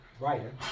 writer